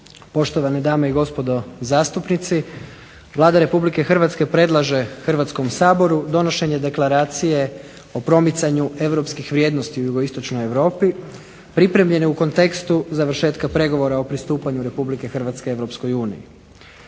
poštovane dame i gospodo zastupnici. Vlada Republike Hrvatske predlaže Hrvatskom saboru donošenje Deklaracije o promicanju europskih vrijednosti u Jugoistočnoj Europi pripremljene u kontekstu završetka pregovora o pristupanju Republike Hrvatske Europskoj uniji.